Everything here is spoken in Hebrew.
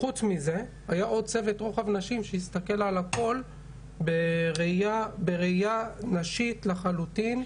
חוץ מזה היה עוד צוות רוחב נשי שהסתכל על הכל בראייה נשית לחלוטין.